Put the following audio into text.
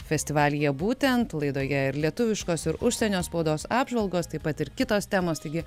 festivalyje būtent laidoje ir lietuviškos ir užsienio spaudos apžvalgos taip pat ir kitos temos taigi